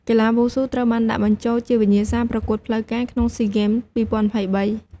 កីឡាវ៉ូស៊ូត្រូវបានដាក់បញ្ចូលជាវិញ្ញាសាប្រកួតផ្លូវការក្នុងស៊ីហ្គេម ២០២៣។